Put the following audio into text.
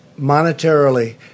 monetarily